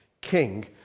king